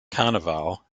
carnival